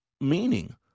meaning